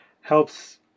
Helps